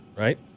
Right